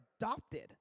adopted